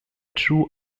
true